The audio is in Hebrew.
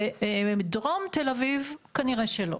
לעומת זאת, בדרום תל אביב, כנראה שלא.